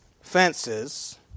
fences